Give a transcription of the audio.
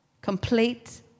complete